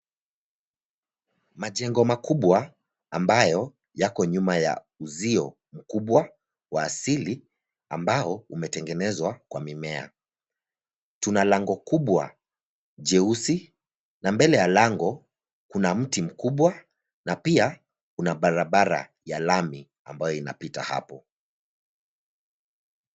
Majengo makubwa ambayo yako nyuma ya uzio kubwa wa asili ambao umetengenezwa kwa mimea, tuna lango kubwa jeusi, na mbele ya lango kuna mti mkubwa na pia kuna barabara ya lami ambayo inapita hapo.